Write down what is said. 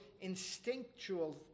instinctual